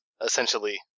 essentially